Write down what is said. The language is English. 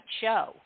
show